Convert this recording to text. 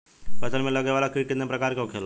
फसल में लगे वाला कीट कितने प्रकार के होखेला?